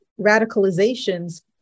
radicalizations